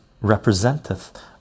representeth